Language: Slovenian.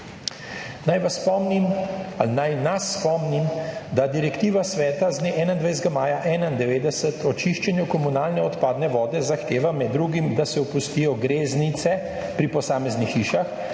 naj nas spomnim, da direktiva Sveta z dne 21. maja 1991 o čiščenju komunalne odpadne vode zahteva med drugim, da se opustijo greznice pri posameznih hišah,